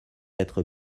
être